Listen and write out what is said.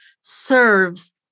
serves